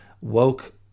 woke